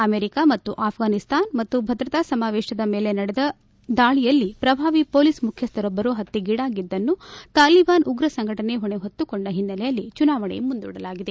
America ಮತ್ತು ಆಫ್ರಾನಿಸ್ತಾನ ಭದ್ರತಾ ಸಮಾವೇಶದ ಮೇಲೆ ನಡೆದ ದಾಳಿಯಲ್ಲಿ ಪ್ರಭಾವಿ ಮೊಲೀಸ್ ಮುಖ್ಯಸ್ಥರೊಬ್ಲರು ಹತ್ಸೆಗೀಡಾಗಿದ್ದನ್ನು ತಾಲಿಬಾನ್ ಉಗ್ರ ಸಂಘಟನೆ ಹೊಣೆ ಹೊತ್ತುಕೊಂಡ ಹಿನ್ನೆಲೆಯಲ್ಲಿ ಚುನಾವಣೆ ಮುಂದೂಡಲಾಗಿದೆ